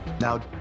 now